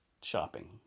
shopping